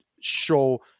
show